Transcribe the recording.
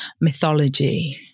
mythology